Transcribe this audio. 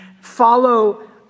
follow